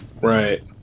Right